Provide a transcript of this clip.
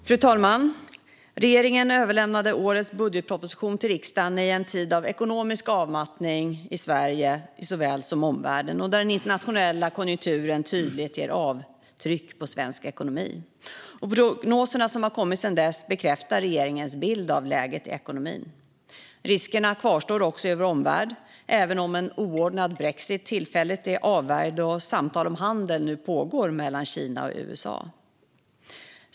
Fru talman! Regeringen överlämnade årets budgetproposition till riksdagen i en tid av ekonomisk avmattning såväl i Sverige som i omvärlden, där den internationella konjunkturen ger tydliga avtryck på svensk ekonomi. Prognoserna som kommit sedan dess bekräftar regeringens bild av läget i ekonomin. Riskerna kvarstår också i vår omvärld även om en oordnad brexit tillfälligt är avvärjd och samtal om handel nu pågår mellan Kina och USA.